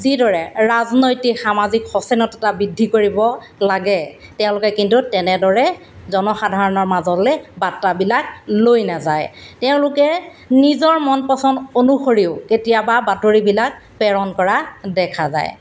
যিদৰে ৰাজনৈতিক সামাজিক সচেনতা বৃদ্ধি কৰিব লাগে তেওঁলোকে কিন্তু তেনেদৰে জনসাধাৰণৰ মাজলৈ বাৰ্তাবিলাক লৈ নাযায় তেওঁলোকে নিজৰ মন পচন্দ অনুসৰিও কেতিয়াবা বাতৰিবিলাক প্ৰেৰণ কৰা দেখা যায়